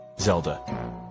Zelda